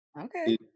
Okay